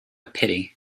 pity